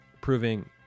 proving